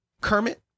Kermit